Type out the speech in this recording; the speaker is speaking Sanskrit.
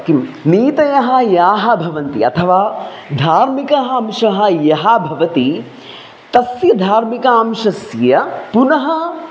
किं नीतयः याः भवन्ति अथवा धार्मिकः अंशः यः भवति तस्य धार्मिकांशस्य पुनः